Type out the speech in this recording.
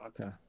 Okay